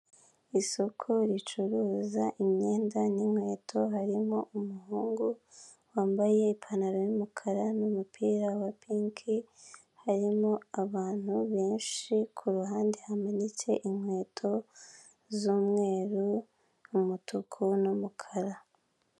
Isoko ricuruza imyenda n'inkweto harimo umuhungu wambaye ipantaro y'umukara n'umupira wa pinki, harimo abantu benshi, ku ruhande hamanitse inkweto z'umweru, umutuku n'umukara.